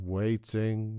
waiting